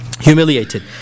humiliated